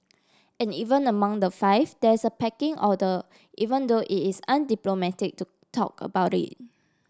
and even among the five there is a pecking order even though it is undiplomatic to talk about it